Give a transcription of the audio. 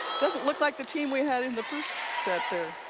doesn't look like the team we had in the first set there.